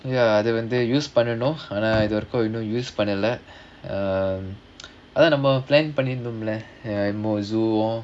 ya அது வந்து:adhu vandhu use பண்ணனும் ஆனா இது வரைக்கும்:pannanum aanaa idhu varaikkum use பண்ணல:pannala um அதாவது நாம:adhaavathu naama plan பண்ணிருந்தோம்ல:pannirunthomla zoo